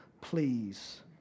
please